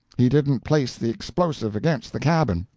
he didn't place the explosive against the cabin.